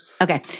Okay